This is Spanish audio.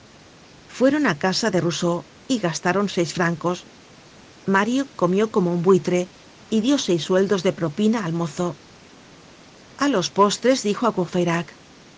fueron á casa de rousseau y gastaron seis francoá mario comió como un buitre y dió seis sueldos de propina al mozo a los postres dijo á